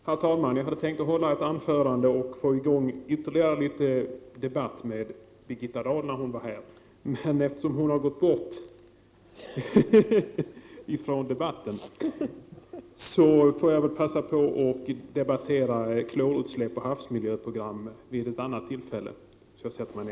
Herr talman! Jag hade för avsikt att hålla ett anförande för att därigenom få i gång ytterligare debatt med Birgitta Dahl, men eftersom hon avlägsnat sig från kammaren, får jag ta upp klorutsläpp och havsmiljöprogram till debatt vid ett annat tillfälle.